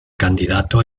candidato